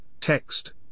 text